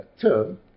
term